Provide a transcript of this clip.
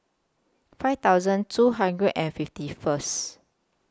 five thousand two hundred and fifty First